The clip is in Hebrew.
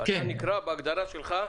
אתה נקרא בהגדרה שלך,